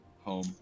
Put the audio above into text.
home